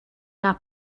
not